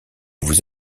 vous